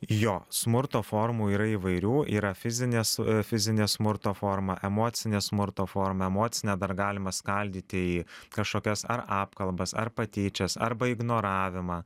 jo smurto formų yra įvairių yra fizinės fizinė smurto forma emocinė smurto forma emocinę dar galima skaldyti į kažkokias ar apkalbas ar patyčias arba ignoravimą